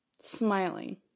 smiling